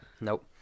nope